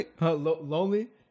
Lonely